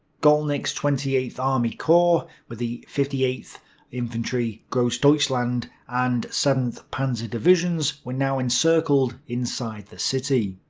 gollnick's twenty eighth army corps, with the fifty eighth infantry, grossdeutschland, and seventh panzer divisions, were now encircled inside the city.